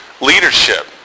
leadership